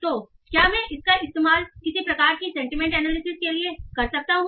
तो क्या मैं इसका इस्तेमाल किसी प्रकार की सेंटीमेंट एनालिसिस के लिए कर सकता हूं